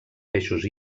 peixos